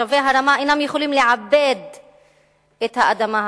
תושבי הרמה אינם יכולים לעבד את האדמה החקלאית,